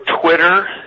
Twitter